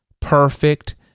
perfect